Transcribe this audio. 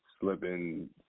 slipping